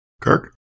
Kirk